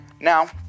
Now